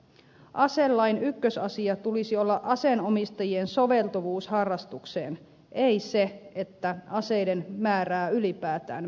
aselain ykkösasia tulisi olla aseenomistajien soveltuvuus harrastukseen ei se että aseiden määrää ylipäätään vähennetään